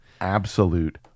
absolute